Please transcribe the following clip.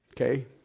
Okay